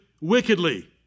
wickedly